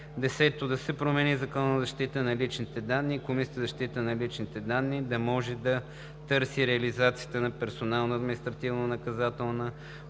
10. Да се промени Законът за защита на личните данни и Комисията за защита на личните данни да може да търси реализацията на персонална административно-наказателна